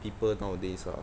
people nowadays ah